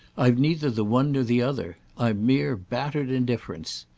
i've neither the one nor the other. i've mere battered indifference.